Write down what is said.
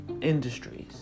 industries